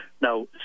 Now